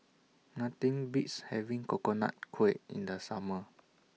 Nothing Beats having Coconut Kuih in The Summer